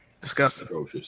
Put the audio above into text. disgusting